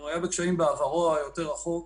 הוא היה בקשיים בעברו היותר רחוק,